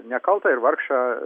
nekaltą ir vargšą